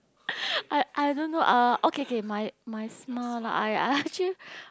I I don't know uh okay okay my my smile lah I I actually